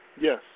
Yes